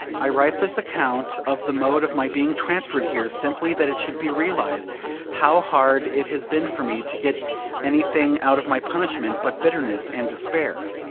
i write this account of the mode of my being transferred here simply that it should be realised how hard it has been for me to get anything out of my punishment but bitterness and despair.